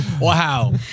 Wow